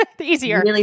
easier